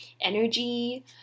energy